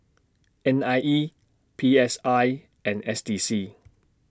N I E P S I and S D C